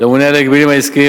לממונה על ההגבלים העסקיים,